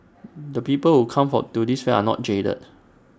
the people who come for to this fair are not jaded